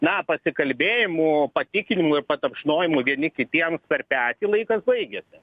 na pasikalbėjimų patikinimų ir patapšnojimų vieni kitiems per petį laikas baigėsi